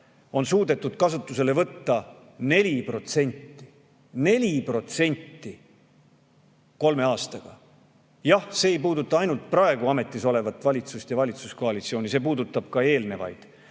on suudetud kasutusele võtta 4%. 4% kolme aastaga! Jah, see ei puuduta ainult praegu ametis olevat valitsust ja valitsuskoalitsiooni, see puudutab ka eelnevaid.